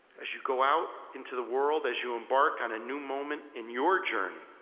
as you go out into the world, as you embark on a new moment in your journey,